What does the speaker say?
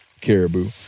caribou